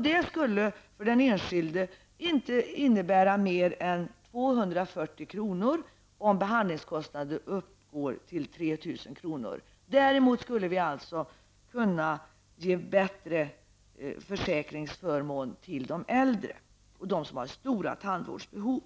Det skulle för den enskilde inte innebära mer än en ökad kostnad på 240 kr. om behandlingskostnaden uppgår till 3 000 kr. Däremot skulle vi kunna ge bättre försäkringsförmån till de äldre och till dem som har stora tandvårdsbehov.